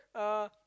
uh